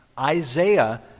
Isaiah